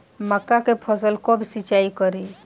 मका के फ़सल कब सिंचाई करी?